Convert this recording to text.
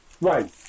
Right